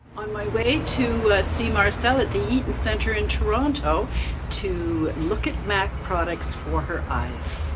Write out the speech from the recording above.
on my way to see marcella at the eaton centre in toronto to look at mac products for her eyes.